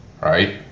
right